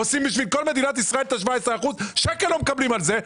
אוספים בשביל כל מדינת ישראל את ה-17 אחוזים ושקל לא מקבלים על זה.